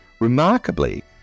Remarkably